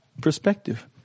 perspective